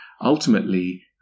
Ultimately